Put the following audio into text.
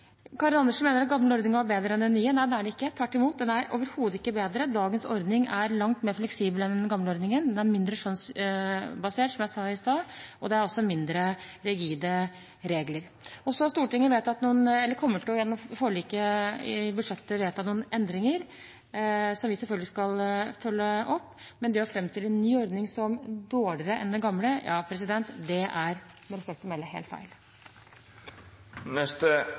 Karin Andersen mener at den gamle ordningen var bedre enn den nye. Nei, det var den ikke, tvert imot. Den var overhodet ikke bedre. Dagens ordning er langt mer fleksibel enn den gamle ordningen. Den er mindre skjønnsbasert, som jeg sa i stad, og det er mindre rigide regler. Så kommer Stortinget gjennom budsjettforliket til å vedta noen endringer, som vi selvfølgelig skal følge opp. Men det å framstille ny ordning som dårligere enn den gamle, ja, det er med respekt å melde helt